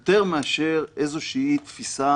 יותר מאשר איזו תפיסה